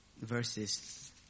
verses